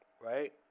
Right